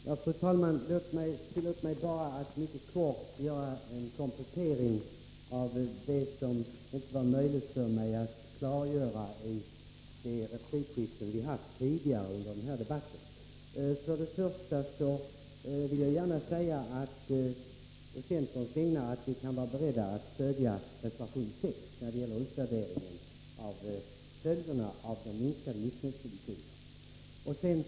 Fru talman! Tillåt mig att göra en mycket kortfattad komplettering om ett par saker som det inte var möjligt för mig att klargöra i de replikskiften vi hade tidigare under den här debatten. För det första vill jag på centerns vägnar gärna säga att vi kan vara beredda att stödja reservation 6 om en utvärdering av följderna av minskningen av livsmedelssubventionerna.